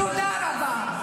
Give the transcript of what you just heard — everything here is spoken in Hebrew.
תודה רבה.